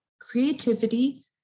creativity